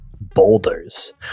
boulders